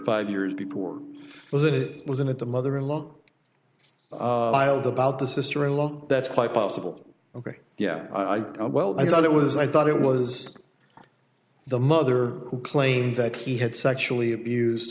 five years before it was it was in it the mother in law about the sister in law that's quite possible ok yeah i well i thought it was i thought it was the mother who claimed that he had sexually abused